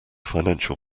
financial